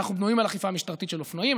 לכן אנחנו בנויים על אכיפה משטרתית של אופנועים.